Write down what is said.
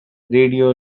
radio